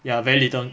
ya very little